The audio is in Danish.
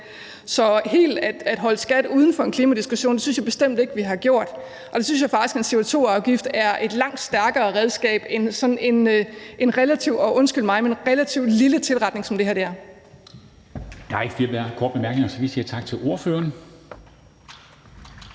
så helt at holde skat uden for en klimadiskussion synes jeg bestemt ikke vi har. Jeg synes faktisk, at en CO2-afgift er et langt stærkere redskab end sådan en relativt, og undskyld mig, lille tilretning, som det her